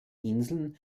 inseln